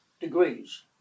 degrees